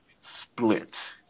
Split